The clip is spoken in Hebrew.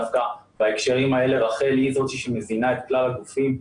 דווקא בהקשרים האלה רח"ל היא זאת שמבינה את כלל הגופים,